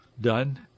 done